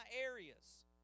areas